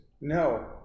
No